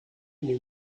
knew